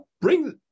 bring